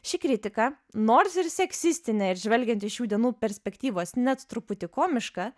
ši kritika nors ir seksistinė ir žvelgiant iš šių dienų perspektyvos net truputį komiška